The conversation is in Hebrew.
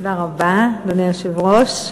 תודה רבה, אדוני היושב-ראש.